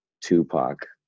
Tupac